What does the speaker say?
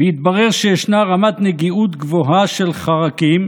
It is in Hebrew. והתברר שישנה רמת נגיעות גבוהה של חרקים,